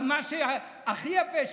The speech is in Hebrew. ומה שהכי יפה,